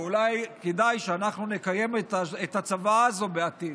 ואולי כדאי שאנחנו נקיים את הצוואה הזאת בעתיד.